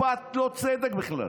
משפט צדק בכלל,